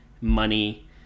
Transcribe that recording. money